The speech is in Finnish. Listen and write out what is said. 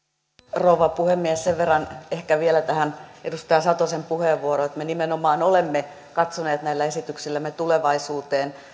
rouva puhemies sen verran ehkä vielä tähän edustaja satosen puheenvuoroon että me nimenomaan olemme katsoneet näillä esityksillämme tulevaisuuteen